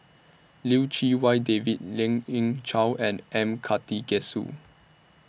Lim Chee Wai David Lien Ying Chow and M Karthigesu